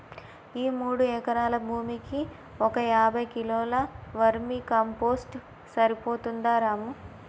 ఈ మూడు ఎకరాల భూమికి ఒక యాభై కిలోల వర్మీ కంపోస్ట్ సరిపోతుందా రాము